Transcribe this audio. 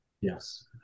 Yes